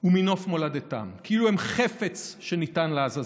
ומנוף מולדתם כאילו הם חפץ שניתן להזזה,